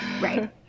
right